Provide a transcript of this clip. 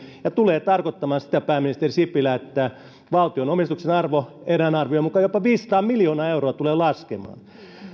ja tulee tarkoittamaan sitä pääministeri sipilä että valtion omistuksen arvo erään arvion mukaan jopa viisisataa miljoonaa euroa tulee laskemaan